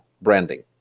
branding